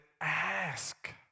ask